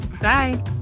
Bye